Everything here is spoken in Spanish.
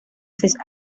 seis